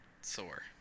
Sore